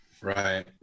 Right